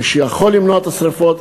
מי שיכול למנוע את השרפות,